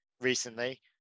recently